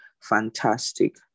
Fantastic